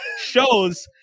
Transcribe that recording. shows